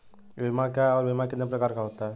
बीमा क्या है और बीमा कितने प्रकार का होता है?